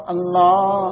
Allah